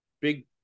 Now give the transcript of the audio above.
big